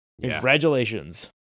Congratulations